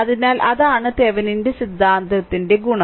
അതിനാൽ അതാണ് തെവെനിന്റെ സിദ്ധാന്തത്തിന്റെ ഗുണം